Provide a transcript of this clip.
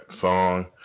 song